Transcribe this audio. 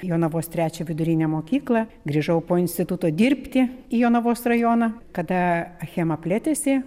jonavos trečią vidurinę mokyklą grįžau po instituto dirbti į jonavos rajoną kada achema plėtėsi